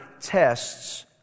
tests